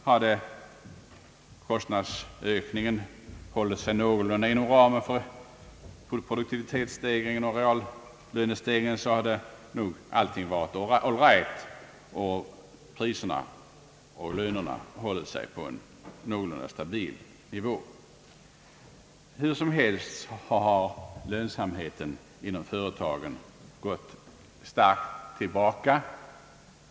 Hade kostnadsökningen hållit sig någorlunda inom ramen för produktivitetsstegringen och reallönestegringen, hade allting varit all right och priserna och lönerna hållit sig på en någorlunda stabil nivå. Hur som helst har lönsamheten inom företagen gått starkt tillbaka.